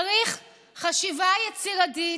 צריך חשיבה יצירתית,